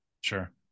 sure